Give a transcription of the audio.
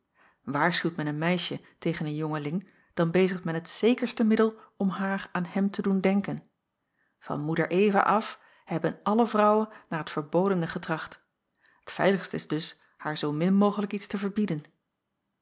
waarschuwt men een meisje tegen een jongeling dan bezigt men het zekerste middel om haar aan hem te doen denken van moeder eva af hebben alle vrouwen naar t verbodene getracht t veiligst is dus haar zoomin mogelijk iets te verbieden